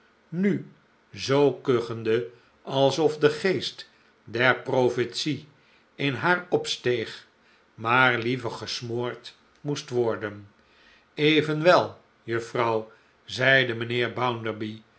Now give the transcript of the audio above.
nu zoo kuchende alsof de geest der profetie in haar opsteeg maar liever gesmoord moest worden evenwel juffrouw zeide mijnheer